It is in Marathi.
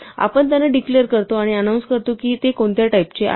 आपण त्यांना डिक्लेर करतो आणि अनाऊन्स करतो की ते कोणत्या टाईप चे आहेत